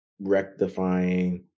rectifying